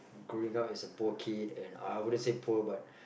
growing up as a poor kid and I wouldn't say poor but